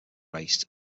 race